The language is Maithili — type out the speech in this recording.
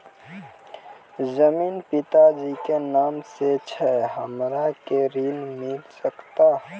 जमीन पिता जी के नाम से छै हमरा के ऋण मिल सकत?